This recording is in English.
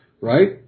right